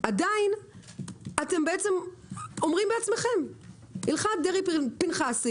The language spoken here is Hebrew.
עדין אתם אומרים בעצמכם שהלכת דרעי-פנחסי,